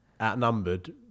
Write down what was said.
outnumbered